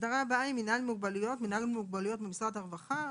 "מינהל מוגבלויות" - מינהל מוגבלויות במשרד הרווחה,